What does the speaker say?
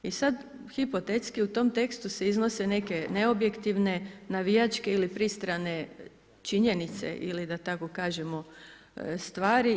I sad hipotetski u tom tekstu se iznose neke neobjektivne navijačke ili pristrane činjenice ili da tako kažemo stvari.